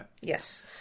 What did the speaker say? Yes